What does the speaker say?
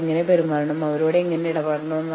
ഇതിനെ വിതരണ വിലപേശൽ എന്ന് വിളിക്കുന്നു